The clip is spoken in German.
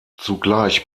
zugleich